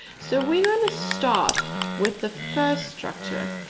so, we're gonna start with the first structure,